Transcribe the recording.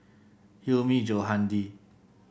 Hilmi Johandi